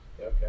Okay